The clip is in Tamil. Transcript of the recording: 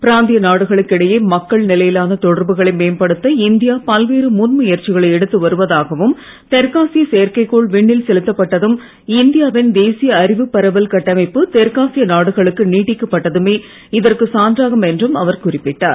பிராந்திய நாடுகளுக்கு இடையே மக்கள் நிலையிலான தொடர்புகளை மேம்படுத்த இந்தியா பல்வேறு முன் முயற்சிகளை எடுத்து வருவதாகவும் தெற்காசிய செயற்கைகோள் விண்ணில் செலுத்தப்பட்டதும் இந்தியாவின் தேசிய அறிவுப் பரவல் கட்டமைப்பு தெற்காசிய நாடுகளுக்கு நீட்டிக்கப்பட்டதுமே இதற்கு சான்றாகும் என்று அவர் மேலும் குறிப்பிட்டார்